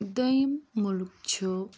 دۄیم مُلُک چھُ